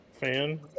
fan